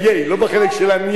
לא בחלק של ה"נֵיי".